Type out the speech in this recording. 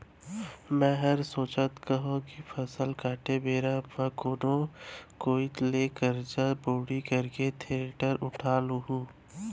मैं हर सोचत हँव कि फसल काटे बेरा म कोनो कोइत ले करजा बोड़ी करके थेरेसर उठा लेहूँ